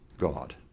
God